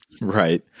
Right